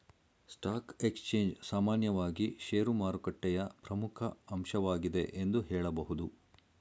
stock exchange ಸಾಮಾನ್ಯವಾಗಿ ಶೇರುಮಾರುಕಟ್ಟೆಯ ಪ್ರಮುಖ ಅಂಶವಾಗಿದೆ ಎಂದು ಹೇಳಬಹುದು